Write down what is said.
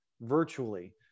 virtually